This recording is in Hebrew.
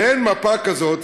ואין מפה כזאת,